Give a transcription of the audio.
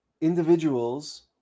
individuals